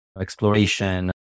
exploration